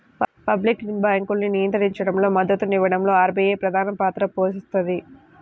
public బ్యాంకింగ్ను నియంత్రించడంలో, మద్దతునివ్వడంలో ఆర్బీఐ ప్రధానపాత్ర పోషిస్తది